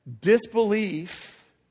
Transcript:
disbelief